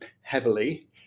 heavily